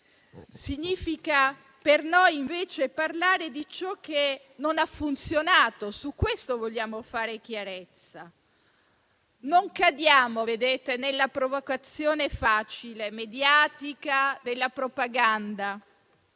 Significa per noi invece parlare di ciò che non ha funzionato; su questo vogliamo fare chiarezza. Non cadiamo nella provocazione facile e mediatica della propaganda,